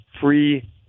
free